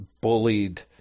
bullied